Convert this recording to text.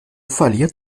verliert